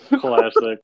Classic